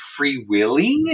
freewheeling